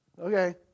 Okay